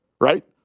right